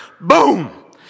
Boom